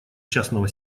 частного